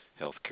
healthcare